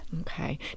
Okay